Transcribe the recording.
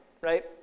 right